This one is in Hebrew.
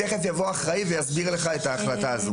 תיכף יבוא האחראי ויסביר לך את ההחלטה הזאת.